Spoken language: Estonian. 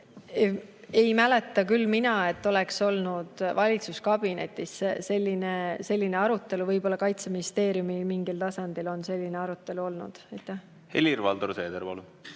ei mäleta, et oleks olnud valitsuskabinetis selline arutelu. Võib-olla Kaitseministeeriumi mingil tasandil on selline arutelu olnud. Helir-Valdor Seeder, palun!